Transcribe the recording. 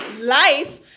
life